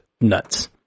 nuts